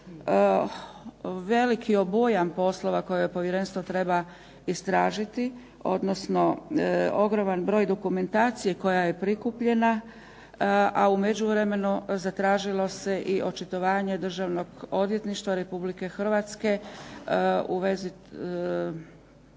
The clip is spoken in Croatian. veliki obujam poslova koje povjerenstvo treba istražiti, odnosno ogroman broj dokumentacije koja je prikupljena, a međuvremenu zatražilo se i očitovanje Državnog odvjetništva Republike Hrvatske u vezi